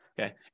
okay